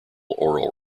oral